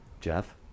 Jeff